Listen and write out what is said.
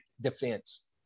defense